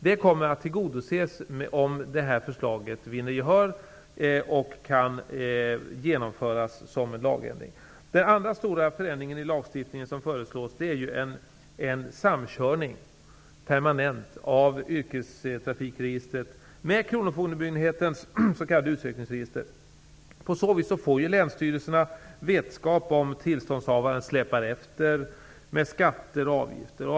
Det kommer att tillgodoses om förslaget vinner gehör och kan genomföras som en lagändring. Den andra stora förändring i lagstiftningen som föreslås är en permanent samkörning av yrkestrafikregistret med kronofogdemyndighetens s.k. utsökningsregister. På så vis kommer länsstyrelserna att få vetskap om huruvida tillståndshavaren släpar efter med skatter och avgifter.